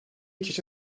kişi